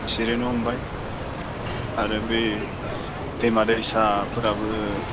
सिरिनो हमबाय आरो बे दैमा दैसाफोराबो